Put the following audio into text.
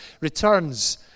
returns